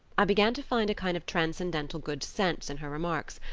i began to find a kind of transcendental good sense in her remarks,